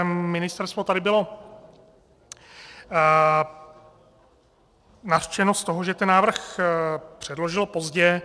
Ministerstvo tady bylo nařčeno z toho, že ten návrh předložilo pozdě.